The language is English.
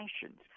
passions